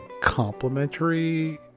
Complimentary